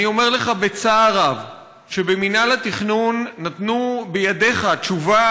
אני אומר לך בצער רב שבמינהל התכנון נתנו בידיך תשובה